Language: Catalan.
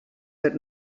per